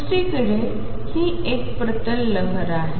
दुसरीकडे ही एक प्रतल लहर आहे